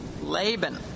Laban